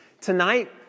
Tonight